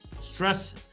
stress